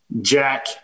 Jack